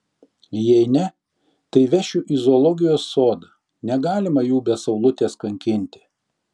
jei ne tai vešiu į zoologijos sodą negalima jų be saulutės kankinti